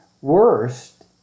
worst